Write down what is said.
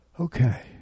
Okay